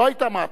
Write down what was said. לא היתה מהפכה,